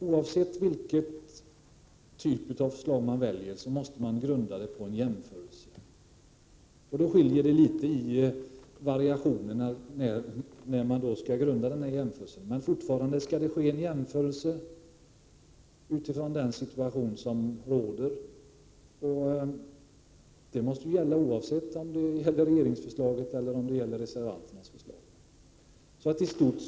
Oavsett vilket förslag man väljer, måste man ju grunda bedömningen på jämförelse. Det skiljer alltså litet när de gäller de variationer på vilka denna jämförelse skall grundas. Men vi är överens om att det även i fortsättningen skall ske en jämförelse utifrån den situation som råder, och detta måste ju gälla vare sig det handlar om regeringsförslaget eller reservanternas förslag.